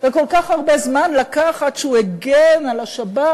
וכל כך הרבה זמן לקח עד שהוא הגן על השב"כ,